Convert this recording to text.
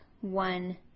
one